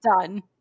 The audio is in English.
Done